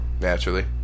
Naturally